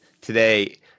today